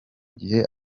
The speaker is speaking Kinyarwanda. giha